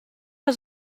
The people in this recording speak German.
der